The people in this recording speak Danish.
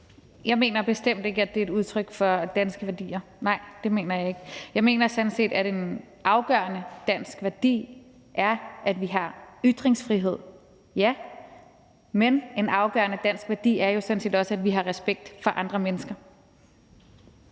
Jeg mener bestemt ikke, at det er et udtryk for danske værdier. Nej, det mener jeg ikke. Jeg mener sådan set, at en afgørende dansk værdi er, at vi har ytringsfrihed, ja, men en afgørende dansk værdi er jo sådan set også, at vi har respekt for andre mennesker.